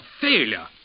failure